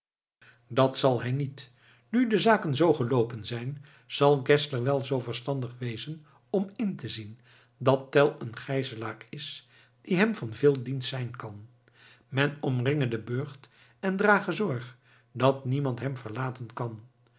dat zal hij niet nu de zaken zoo geloopen zijn zal geszler wel zoo verstandig wezen om in te zien dat tell een gijzelaar is die hem van veel dienst zijn kan men omringe den burcht en drage zorg dat niemand hem verlaten kan